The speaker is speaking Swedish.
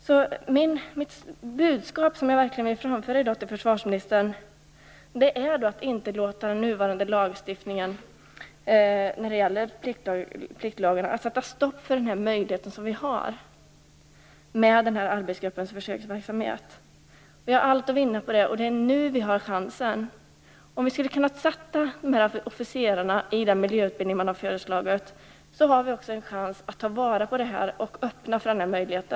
Det budskap jag vill framföra till försvarsministern i dag är att vi inte skall låta den nuvarande lagstiftningen när det gäller pliktlagarna sätta stopp för den möjlighet vi har fått i och med arbetsgruppens försöksverksamhet. Vi har allt att vinna på det. Det är nu vi har chansen. Om vi sätter officerarna i den miljöutbildning som har föreslagits har vi också en chans att ta till vara och öppna för denna möjlighet.